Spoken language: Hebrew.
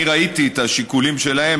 אני ראיתי את השיקולים שלהם,